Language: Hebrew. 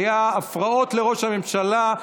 היו הפרעות לראש הממשלה,